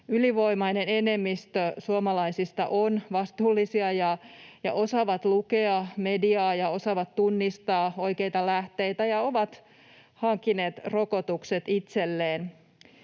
ylivoimainen enemmistö suomalaisista on vastuullisia ja osaa lukea mediaa ja osaa tunnistaa oikeita lähteitä ja on hankkinut rokotukset itselleen.